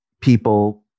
People